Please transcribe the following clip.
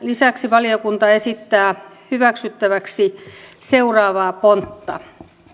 lisäksi valiokunta esittää hyväksyttäväksi seuraavaa pontta